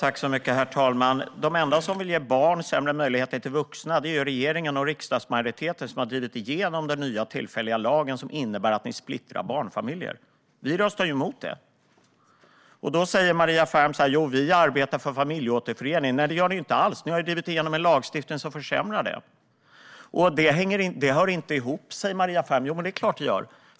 Herr talman! De enda som vill ge barn sämre möjligheter än vuxna är regeringen och riksdagsmajoriteten, som har drivit igenom den nya tillfälliga lag som innebär att ni splittrar barnfamiljer. Vi röstade emot det. Maria Ferm säger: Vi arbetar för familjeåterförening. Nej, det gör ni inte alls. Ni har drivit igenom en lagstiftning som försämrar för det. Det hör inte ihop, säger Maria Ferm. Jo, det är klart att det gör.